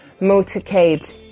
motorcade